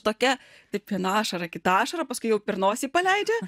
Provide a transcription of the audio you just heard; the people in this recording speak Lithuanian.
tokia taip viena ašara kita ašara paskui jau per nosį paleidžia